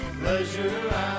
Pleasure